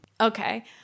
Okay